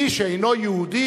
מי שאינו יהודי,